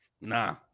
Nah